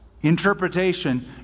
interpretation